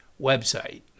website